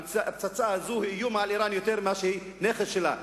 הפצצה הזאת היא איום על אירן יותר משהיא נכס שלה.